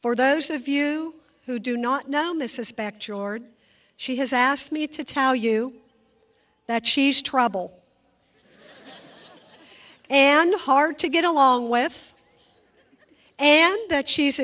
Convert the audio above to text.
for those of you who do not know miss suspect yard she has asked me to tell you that she's trouble and hard to get along with and that she's